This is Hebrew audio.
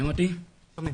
בבקשה.